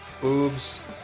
boobs